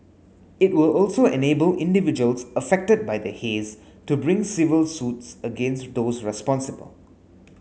it will also enable individuals affected by the haze to bring civil suits against those responsible